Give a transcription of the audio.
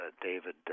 David